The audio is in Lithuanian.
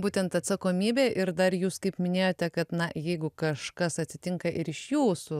būtent atsakomybė ir dar jūs kaip minėjote kad na jeigu kažkas atsitinka ir iš jūsų